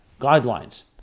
guidelines